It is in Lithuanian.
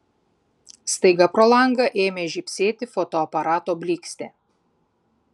staiga pro langą ėmė žybsėti fotoaparato blykstė